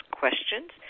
questions